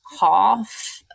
half